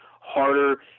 harder